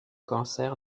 cancer